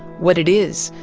what it is,